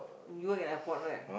you work in airport right